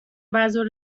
بعدازظهر